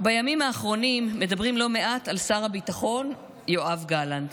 בימים האחרונים מדברים לא מעט על שר הביטחון יואב גלנט,